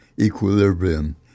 equilibrium